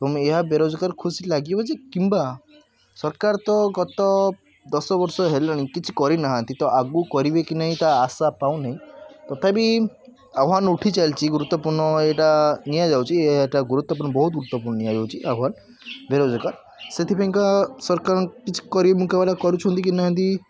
ଏବଂ ଏହା ବେରୋଜଗାର ଖୁସି ଲାଗିବ ଯେ କିମ୍ବା ସରକାର ତ ଗତ ଦଶ ବର୍ଷ ହେଲାଣି କିଛି କରିନାହାନ୍ତି ତ ଆଗକୁ କରିବେ କି ନାହିଁ ତା ଆଶା ପାଉନି ତଥାପି ଆହ୍ୱାନ ଉଠିଚାଲିଛି ଗୁରୁତ୍ଵପୂର୍ଣ୍ଣ ଏଇଟା ନିଆଯାଉଛି ବହୁତ ଗୁରୁତ୍ଵପୂର୍ଣ୍ଣ ନିଆଯାଉଛି ଆହ୍ୱାନ ବେରୋଜଗାର ସେଥିପାଇଁକା ସରକାର କିଛି ମୁକାବିଲା କରୁଛନ୍ତି କି ନାହାନ୍ତି